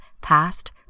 past